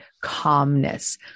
calmness